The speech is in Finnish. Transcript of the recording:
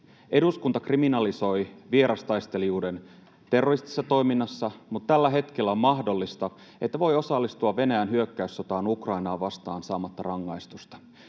Eduskunta kriminalisoi vierastaistelijuuden terroristisessa toiminnassa, mutta tällä hetkellä on mahdollista, että voi osallistua Venäjän hyökkäyssotaan Ukrainaa vastaan saamatta rangaistusta.